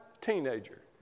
teenager